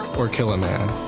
or kill a man.